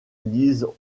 lisent